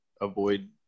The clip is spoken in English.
avoid